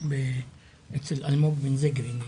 אצל אלמוג בוקר.